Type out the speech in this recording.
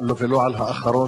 ולא על האחרון,